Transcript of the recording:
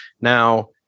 Now